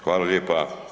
Hvala lijepa.